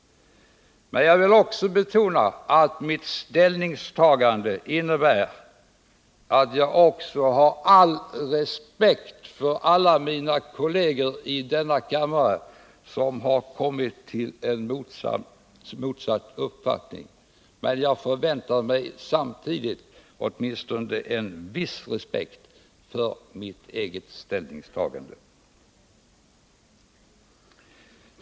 Men jag vill betona att mitt ställningstagande innebär att jag också har all respekt för alla mina kolleger i denna kammare som har motsatt uppfattning. Samtidigt förväntar jag åtminstone en viss respekt för mitt ställningstagande.